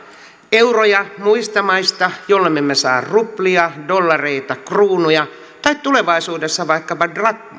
euroja muista maista jollemme me saa ruplia dollareita kruunuja tai tulevaisuudessa vaikkapa drakmoja